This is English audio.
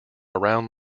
around